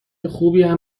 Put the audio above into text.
خوبیم